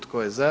Tko je za?